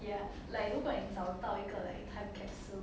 ya like 如果你找到一个 like time capsule